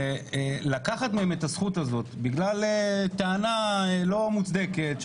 ולקחת מהם את הזכות הזאת בגלל טענה לא מוצדקת,